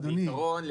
בעיקרון,